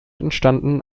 entstanden